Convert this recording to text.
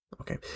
okay